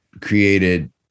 created